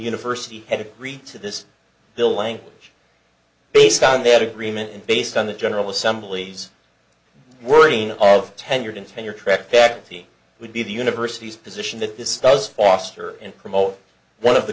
university had agreed to this bill language based on that agreement and based on the general assembly's wording of tenured tenure track back the would be the university's position that this does foster and promote one of the